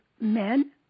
men